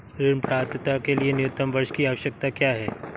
ऋण पात्रता के लिए न्यूनतम वर्ष की आवश्यकता क्या है?